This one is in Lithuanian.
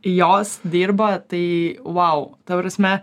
jos dirba tai vau ta prasme